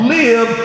live